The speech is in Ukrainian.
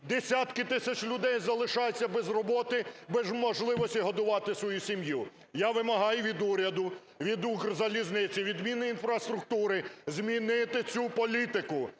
Десятки тисяч людей залишаються без роботи, без можливості годувати свою сім'ю. Я вимагаю від уряду, від "Укрзалізниці", від Мінінфраструктури змінити цю політику,